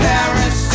Paris